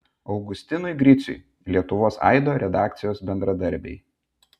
augustinui griciui lietuvos aido redakcijos bendradarbiai